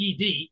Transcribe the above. ed